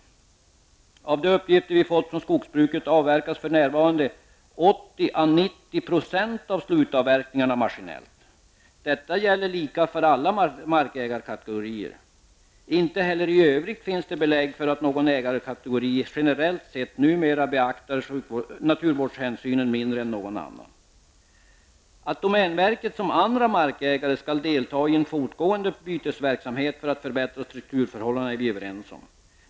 Enligt de uppgifter vi fått från skogsbruket görs för närvarande 80 à 90 % av slutavverkningarna maskinellt. Detta gäller lika för alla markägarkategorier. Inte heller i övrigt finns det belägg för att någon ägarkategori generellt sett numera beaktar naturvårdshänsynen mindre än någon annan. Att domänverket som andra markägare skall delta i en fortgående bytesverksamhet för att förbättra strukturförhållandena är vi överens om.